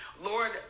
Lord